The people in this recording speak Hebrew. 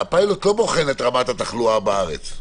בארץ,